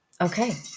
Okay